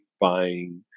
buying